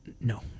No